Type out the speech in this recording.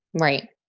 Right